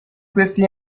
questi